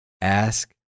ask